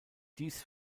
dies